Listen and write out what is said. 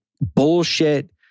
bullshit